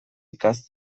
ikas